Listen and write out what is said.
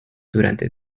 durante